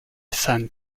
san